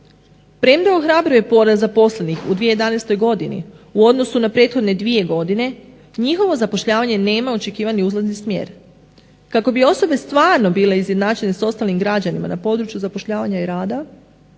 Premda ohrabruje porast zaposlenih u 2011. godini u odnosu na prethodne dvije godine njihovo zapošljavanje nema očekivani uzlasni smjer. Kako bi osobe stvarno bile izjednačene sa ostalim građanima na području zapošljavanja i rada